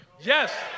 Yes